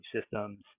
systems